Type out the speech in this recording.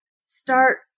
Start